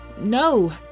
No